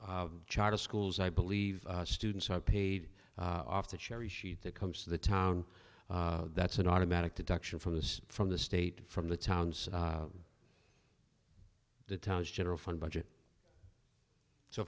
your charter schools i believe students are paid off the cherry sheet that comes to the town that's an automatic deductions from those from the state from the towns the town's general fund budget so